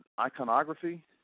iconography